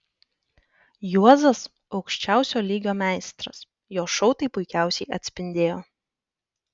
juozas aukščiausio lygio meistras jo šou tai puikiausiai atspindėjo